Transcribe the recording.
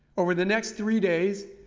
over the next three days,